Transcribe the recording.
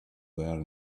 there